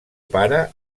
pare